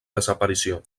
desaparició